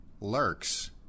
lurks